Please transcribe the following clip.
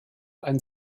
ein